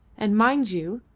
and mind you,